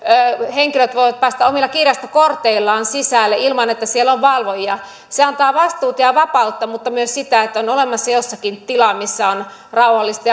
henkilöt voivat päästä omilla kirjastokorteillaan sisälle ilman että siellä on valvojia se antaa vastuuta ja ja vapautta mutta myös sitä että on olemassa jossakin tila missä on rauhallista